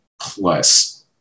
plus